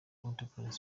contemporary